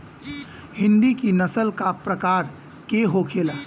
हिंदी की नस्ल का प्रकार के होखे ला?